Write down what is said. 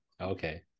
Okay